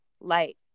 light